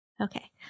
Okay